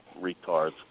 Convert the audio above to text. retards